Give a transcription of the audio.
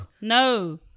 no